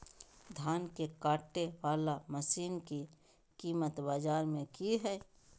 धान के कटे बाला मसीन के कीमत बाजार में की हाय?